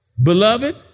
Beloved